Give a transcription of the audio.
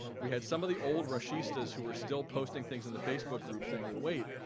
we had some of the old rushistas who were still posting things in the facebook group saying, well wait,